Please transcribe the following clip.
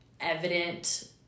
evident